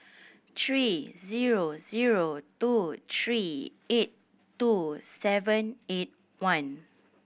three zero zero two three eight two seven eight one